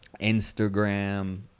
Instagram